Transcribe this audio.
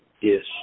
Yes